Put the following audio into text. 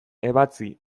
ebatzi